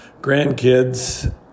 grandkids